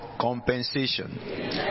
compensation